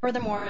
furthermore